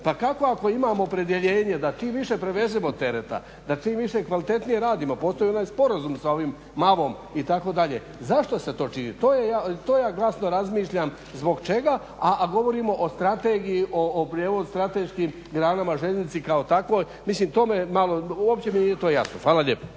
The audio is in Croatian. pa kako ako imamo opredjeljenje da čim više prevezemo tereta, da čim više kvalitetnije radimo. Postoji onaj sporazum sa ovim MAV-om itd. zašto se to čini? To ja glasno razmišljam zbog čega, a govorimo o strategiji o prijevozu i strateškim granama željeznici kao takvoj, mislim uopće mi to nije jasno. Hvala lijepo.